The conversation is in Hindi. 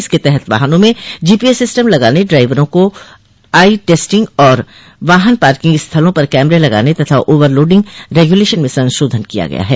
इसके तहत वाहनों में जीपीएस सिस्टम लगाने ड्राइवरों की आई टेस्टिंग और वाहन पार्किंग स्थलों पर कैमरे लगाने तथा ओवर लोडिंग रेग्युलेशन में संशोधन किया गया है